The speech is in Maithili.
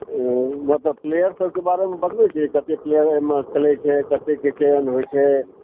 से मतलब प्लेयर सभके बारेमे बतबै छी के प्लेयर एहिमे खेलै छै कतेकके चयन होइ छै